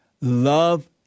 Love